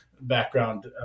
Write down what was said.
background